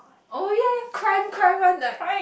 oh ya ya crime crime one like